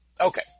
Okay